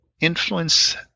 influence